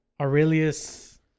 Aurelius